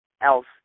else